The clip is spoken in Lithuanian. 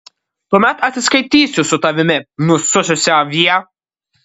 tuomet atsiskaitysiu su tavimi nusususi avie